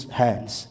hands